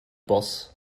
boss